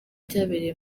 cyabereye